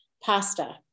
pasta